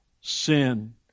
sin